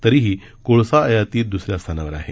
तरीही कोळसा आयातीत दुसऱ्या स्थानावर आहे